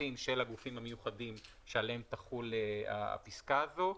הצרכים של הגופים המיוחדים עליהם תחול הפסקה הזו.